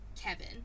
Kevin